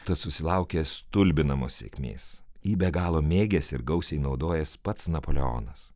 tas susilaukė stulbinamos sėkmės jį be galo mėgęs ir gausiai naudojęs pats napoleonas